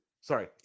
Sorry